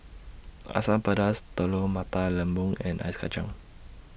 Asam Pedas Telur Mata Lembu and Ice Kachang